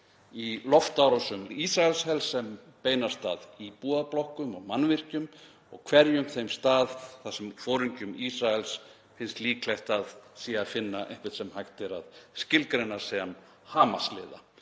í loftárásum Ísraelshers sem beinast að íbúðablokkum og mannvirkjum og hverjum þeim stað þar sem foringjum Ísraels finnst líklegt að sé að finna einhvern sem hægt er að skilgreina sem Hamas-liða.